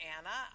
Anna